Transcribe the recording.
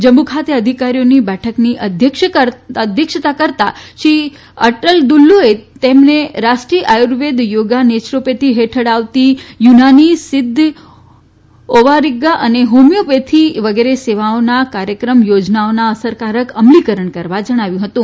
જમ્મુ ખાતે અધિકારીઓની બેઠકની અધ્યક્ષતા કરતાં દુલ્લોએ તેમને રાષ્ટ્રીય આર્યૂર્વેદ ચોગા નેયરોપેથી હેઠળ આવતી યુનાની સિદ્ધ સોવા રીગ્પા અને હોમિયોપેથી વગેરે સેવાઓના કાર્યક્રમ યોજનાઓના અસરકારક અમલીકરણ કરવા જણાવ્યું હતું